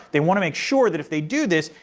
they want to make sure that if they do this,